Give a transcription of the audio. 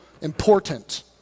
important